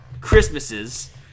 Christmases